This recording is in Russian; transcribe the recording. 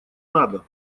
надо